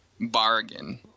Bargain